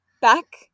Back